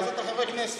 אתה חבר כנסת,